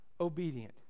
obedient